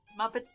Muppets